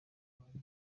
byinshi